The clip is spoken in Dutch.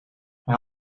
hij